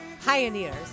Pioneers